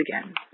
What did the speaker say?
again